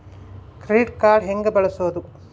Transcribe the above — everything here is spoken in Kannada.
ಕ್ರೆಡಿಟ್ ಕಾರ್ಡ್ ಹೆಂಗ ಬಳಸೋದು?